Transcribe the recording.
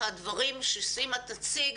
הדברים שסימה תציג